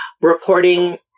reporting